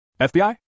FBI